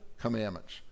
Commandments